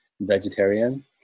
vegetarian